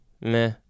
Meh